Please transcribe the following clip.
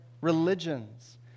religions